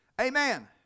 Amen